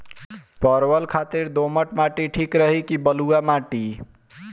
परवल खातिर दोमट माटी ठीक रही कि बलुआ माटी?